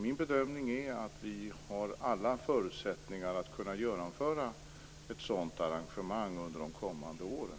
Min bedömning är att vi har alla förutsättningar för att genomföra ett sådant arrangemang under de kommande åren.